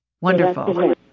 Wonderful